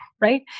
right